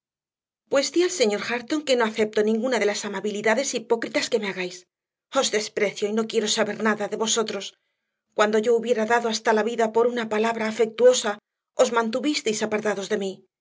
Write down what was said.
pues di al señor hareton que no acepto ninguna de las amabilidades hipócritas que me hagáis os desprecio y no quiero saber nada de vosotros cuando yo hubiera dado hasta la vida por una palabra afectuosa os mantuvisteis apartados de mí